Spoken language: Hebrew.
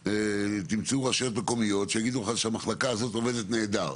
תמצאו ראשי רשויות מקומיות שיגידו לך שהמחלקה הזאת עובדת נהדר.